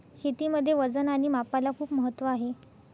शेतीमध्ये वजन आणि मापाला खूप महत्त्व आहे